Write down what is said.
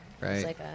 right